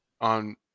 On